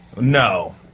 No